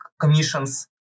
commissions